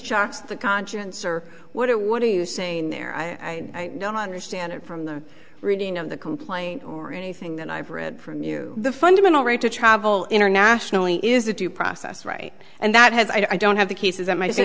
shocks the conscience or what it what are you saying there i don't understand it from the reading of the complaint or anything that i've read from you the fundamental right to travel internationally is a due process right and that has i don't have the cases that m